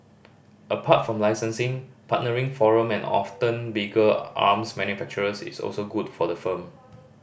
apart from licensing partnering foreign and often bigger arms manufacturers is also good for the firm